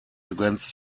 against